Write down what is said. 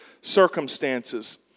circumstances